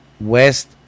West